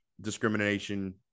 discrimination